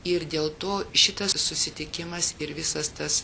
ir dėl to šitas susitikimas ir visas tas